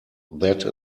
that